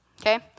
okay